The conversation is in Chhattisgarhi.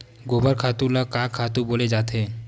गोबर खातु ल का खातु बोले जाथे?